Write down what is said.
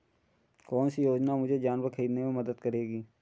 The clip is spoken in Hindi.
कौन सी योजना मुझे जानवर ख़रीदने में मदद करेगी?